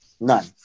None